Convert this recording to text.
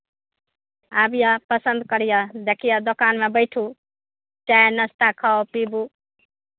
आबिअह पसन्द करिअह देखिअह दोकानमे बैठू पसन्द करू चाय नाश्ता खाउ पिबू